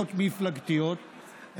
סוגיות מפלגתיות,